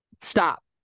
Stop